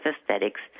aesthetics